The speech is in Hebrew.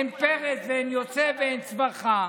אין פרץ ואין יוצא ואין צווחה,